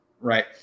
right